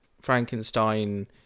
Frankenstein